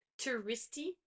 touristy